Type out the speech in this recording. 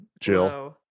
Jill